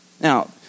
Now